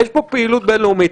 יש פה פעילות בין-לאומית.